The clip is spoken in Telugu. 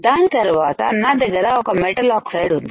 దాని తర్వాత నాదగ్గర ఒక మెటల్ ఆక్సైడ్ ఉంది